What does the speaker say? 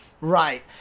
Right